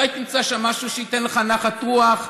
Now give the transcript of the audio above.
אם תמצא שם משהו שייתן לך נחת רוח,